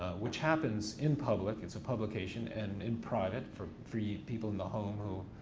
which happens in public, it's a publication, and in private for for yeah people in the home who,